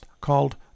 called